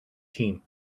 team